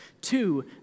Two